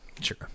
Sure